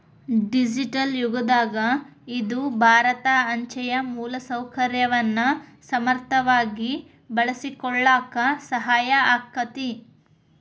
digital ಯುಗದಾಗ ಇದು ಭಾರತ ಅಂಚೆಯ ಮೂಲಸೌಕರ್ಯವನ್ನ ಸಮರ್ಥವಾಗಿ ಬಳಸಿಕೊಳ್ಳಾಕ ಸಹಾಯ ಆಕ್ಕೆತಿ